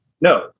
no